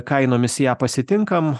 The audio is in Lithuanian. kainomis ją pasitinkam